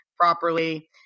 properly